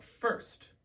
first